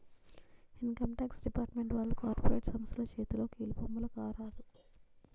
income tax department వాళ్లు corporate సంస్థల చేతిలో కీలుబొమ్మల కారాదు